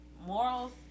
morals